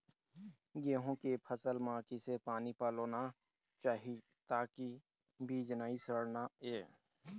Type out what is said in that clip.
गेहूं के फसल म किसे पानी पलोना चाही ताकि बीज नई सड़ना ये?